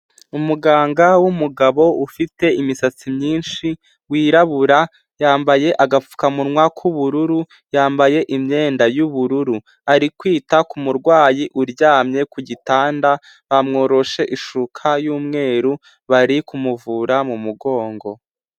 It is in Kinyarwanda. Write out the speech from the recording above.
Umuganga w'umugabo ufite imisatsi myinshi wirabura, yambaye agapfukamunwa k'ubururu, yambaye imyenda y'ubururu. Ari kwita ku murwayi uryamye ku gitanda bamworoshe ishuka y'umweru bari kumuvura mu mugongo.